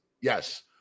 yes